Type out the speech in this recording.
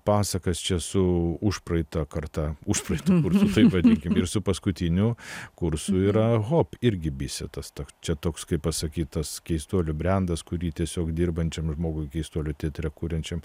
pasakas čia su užpraeita karta užpraeitu kursu taip vadinkim ir su paskutiniu kursu yra hop irgi bisetas tad čia toks kaip pasakytas keistuolių brendas kurį tiesiog dirbančiam žmogui keistuolių teatre kuriančiam